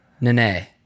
Nene